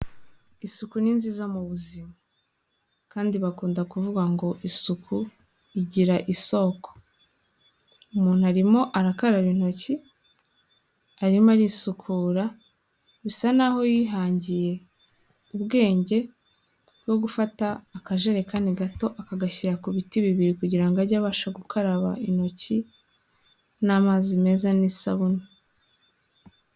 Isuku ni nziza mu buzima, kandi bakunda kuvuga ngo isuku igira isoko. Umuntu arimo arakarara intoki, arimo arisukura bisa n'aho yihangiye ubwenge, bwo gufata akajerekani gato akagashyira ku biti bibiri kugira ngo ajye abasha gukaraba intoki n'amazi meza n'isabune.